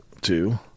two